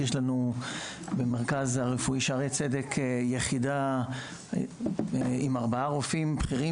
יש לנו במרכז הרפואי שערי צדק יחידה עם ארבעה רופאים בכירים